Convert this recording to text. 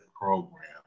program